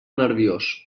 nerviós